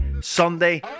Sunday